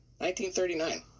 1939